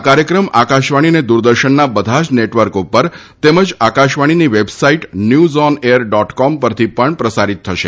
આ કાર્યક્રમ આકાશવાણી અને દૂરદર્શનના બધા જ નેટવર્ક ઉપર તેમજ આકાશવાણીની website news on air dot com પરથી પણ પ્રસારીત થશે